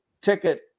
ticket